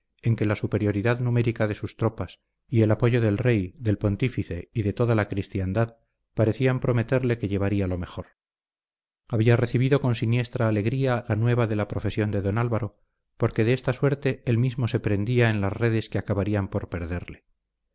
que la superioridad numérica de sus tropas y el apoyo del rey del pontífice y de toda la cristiandad parecían prometerle que llevaría lo mejor había recibido con siniestra alegría la nueva de la profesión de don álvaro porque de esta suerte él mismo se prendía en las redes que acabarían por perderle